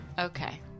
Okay